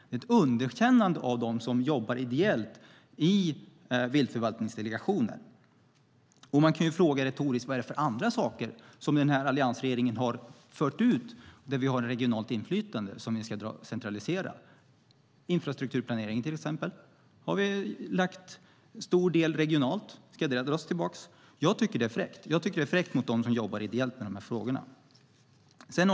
Det är ett underkännande av dem som jobbar ideellt i viltförvaltningsdelegationer. Man kan fråga retoriskt: Vad är det för andra saker som alliansregeringen har fört ut och där vi har regionalt inflytande som ni ska centralisera? Det gäller till exempel infrastrukturplaneringen. Där har vi lagt en stor del regionalt. Ska den dras tillbaka? Jag tycker att detta är fräckt mot dem som jobbar ideellt med frågorna. Herr talman!